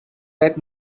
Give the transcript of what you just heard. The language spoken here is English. that